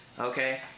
Okay